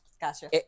Gotcha